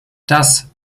das